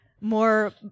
more